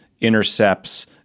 intercepts